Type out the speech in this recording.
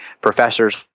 professors